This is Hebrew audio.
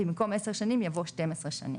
במקום "10 שנים" יבוא "12 שנים".